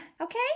Okay